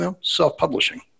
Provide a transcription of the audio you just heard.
self-publishing